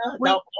No